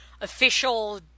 official